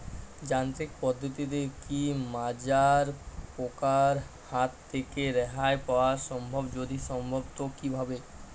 যান্ত্রিক পদ্ধতিতে কী মাজরা পোকার হাত থেকে রেহাই পাওয়া সম্ভব যদি সম্ভব তো কী ভাবে?